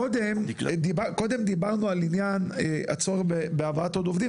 קודם דיברנו על עניין הצורך בהבאת עוד עובדים,